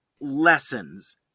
lessons